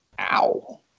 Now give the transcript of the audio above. Ow